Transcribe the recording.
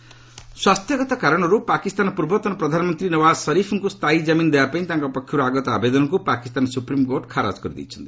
Pak Sharif bail ସ୍ୱାସ୍ଥ୍ୟଗତ କାରଣରୁ ପାକିସ୍ଥାନର ପୂର୍ବତନ ପ୍ରଧାନମନ୍ତ୍ରୀ ନୱାବ୍ ଶରିଫ୍ଙ୍କୁ ସ୍ଥାୟୀ ଜାମିନ୍ ଦେବାପାଇଁ ତାଙ୍କ ପକ୍ଷରୁ ଆଗତ ଆବେଦନକୁ ପାକିସ୍ତାନ ସୁପ୍ରିମ୍କୋର୍ଟ ଖାରଜ କରିଦେଇଛନ୍ତି